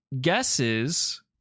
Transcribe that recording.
guesses